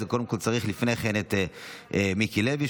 צריך לפני כן מיקי לוי,